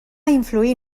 influir